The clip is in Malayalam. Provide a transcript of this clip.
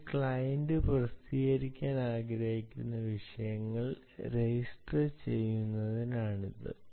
ഒരു ക്ലയന്റ് പ്രസിദ്ധീകരിക്കാൻ ആഗ്രഹിക്കുന്ന വിഷയങ്ങൾ രജിസ്റ്റർ ചെയ്യുന്നതിനാണിത്